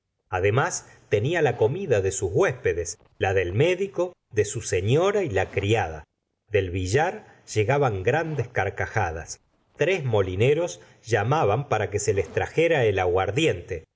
además tenia la comida de sus huéspedes la del médico de su señora y la criada del billar llegaban grandes carcajadas tres molineros llamaban para que se les trajera el aguardiente